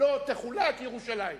לא תחולק ירושלים.